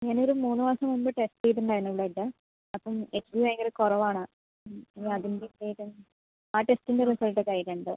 ഞാൻ ഒരു മൂന്ന് മാസം മുമ്പ് ടെസ്റ്റ് ചെയ്തിട്ടിണ്ടായിരുന്നു ബ്ലഡ് അപ്പം എച്ച് ബി ഭയങ്കര കുറവാണ് ഇനി അതിൻ്റെ ഏത് ആ ടെസ്റ്റിൻ്റെ റിസൾട്ട് കൈയ്യിലുണ്ട്